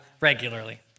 regularly